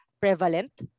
prevalent